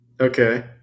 Okay